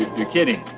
you're kidding!